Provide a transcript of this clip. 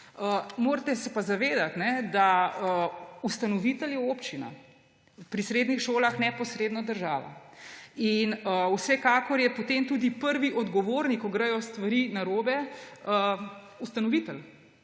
Morate se pa zavedati, da ustanovitelj je občina, pri srednjih polah neposredno država. In vsekakor je potem tudi prvi odgovorni, ko gredo stvari narobe, ustanovitelj.